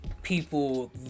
people